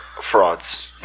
frauds